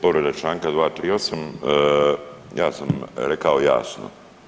Povreda Članka 238., ja sam rekao jasno.